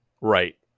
Right